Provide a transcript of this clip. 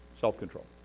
self-control